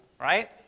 Right